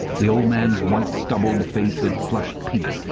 the old man's whitestubbled face had flushed pink.